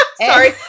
Sorry